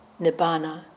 nibbana